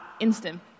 instant